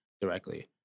Directly